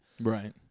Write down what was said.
right